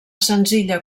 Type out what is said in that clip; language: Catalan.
senzilla